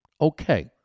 Okay